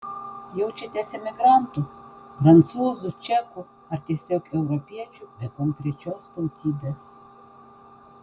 jaučiatės emigrantu prancūzu čeku ar tiesiog europiečiu be konkrečios tautybės